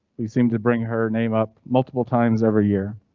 we seem to bring her name up multiple times every year.